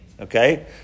okay